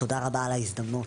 תודה רבה על ההזדמנות,